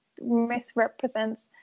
misrepresents